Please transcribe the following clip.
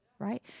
right